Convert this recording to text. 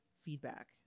feedback